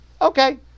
Okay